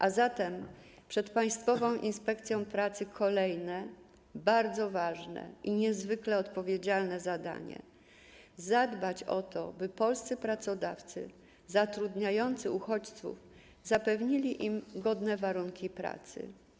A zatem przed Państwową Inspekcją Pracy kolejne bardzo ważne i niezwykle odpowiedzialne zadanie: zadbać o to, by polscy pracodawcy zatrudniający uchodźców zapewnili im godne warunki pracy.